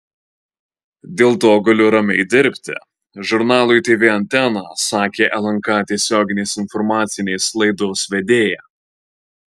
dėl to galiu ramiai dirbti žurnalui tv antena sakė lnk tiesioginės informacinės laidos vedėja